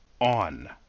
on